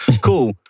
Cool